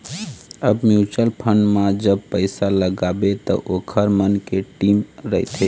अब mutual fund म जब पइसा लगाबे त ओखर मन के टीम रहिथे